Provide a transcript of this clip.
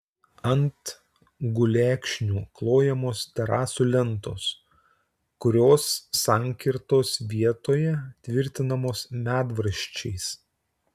ant gulekšnių klojamos terasų lentos kurios sankirtos vietoje tvirtinamos medvaržčiais